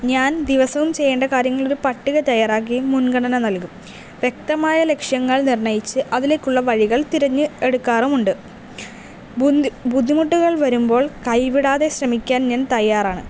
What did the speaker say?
ഞാൻ ദിവസവും ചെയ്യേണ്ട കാര്യങ്ങളൊരു പട്ടിക തയ്യാറാക്കുകയും മുൻഗണന നൽകും വ്യക്തമായ ലക്ഷ്യങ്ങൾ നിർണ്ണയിച്ച് അതിലേക്കുള്ള വഴികൾ തിരഞ്ഞ് എടുക്കാറുമുണ്ട് ബുദ്ധിമുട്ട് ബുദ്ധിമുട്ടുകൾ വരുമ്പോൾ കൈവിടാതെ ശ്രമിക്കാൻ ഞാൻ തയ്യാറാണ്